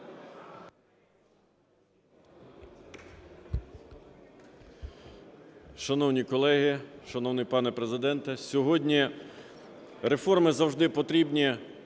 Шановні колеги, шановний пане Президенте! Сьогодні реформи завжди потрібні